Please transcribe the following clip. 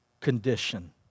condition